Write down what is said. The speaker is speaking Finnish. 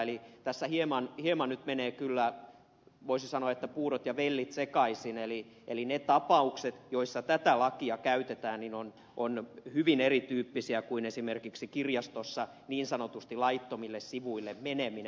eli tässä hieman nyt menee kyllä voisi sanoa puurot ja vellit sekaisin eli ne tapaukset joissa tätä lakia käytetään ovat hyvin erityyppisiä kuin esimerkiksi kirjastossa niin sanotusti laittomille sivuille meneminen